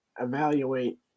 evaluate